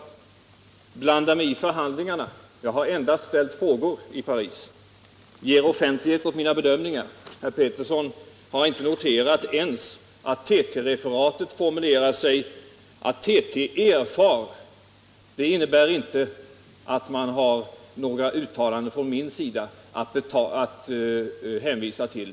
Herr Pettersson hävdar att jag blandar mig i förhandlingarna. Jag har i Paris endast ställt frågor. Herr Pettersson påstår vidare att jag ”ger offentlig kännedom” åt mina bedömningar. Herr Pettersson har inte ens noterat att det i TT-referatet sägs att ”TT erfar”. Det innebär att man inte har några uttalanden från min sida att hänvisa till.